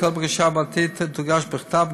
כל בקשה בעתיד תוגש בכתב,